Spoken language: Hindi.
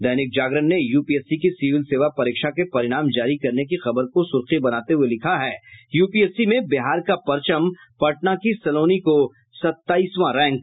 दैनिक जागरण ने यूपीएससी की सिविल सेवा परीक्षा के परिणाम जारी करने की खबर को सुर्खी बनाते हुये लिखा है यूपीएससी में बिहार का परचम पटना की सलोनी को सत्ताईसवां रैंक